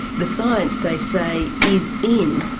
the science, they say, is in,